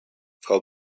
frau